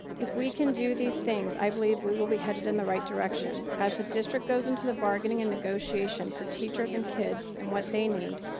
if we can do these things, i believe we will be headed in the right direction. as the district goes into the bargaining and negotiation for teachers and kids and what they need,